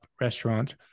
restaurants